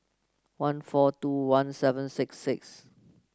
one four two one seven six six